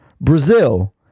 Brazil